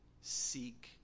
seek